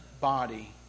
body